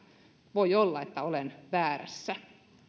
voi olla että olen väärässä